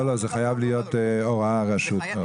לא, זה חייב להיות הוראה מהרשות הרגולטורית.